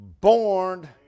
born